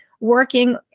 working